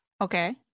Okay